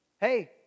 hey